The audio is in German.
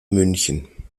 münchen